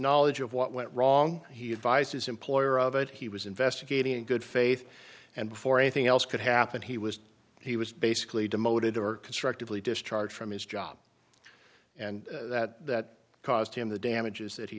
knowledge of what went wrong he advised his employer of it he was investigating in good faith and before anything else could happen he was he was basically demoted or constructively discharged from his job and that that caused him the damages that he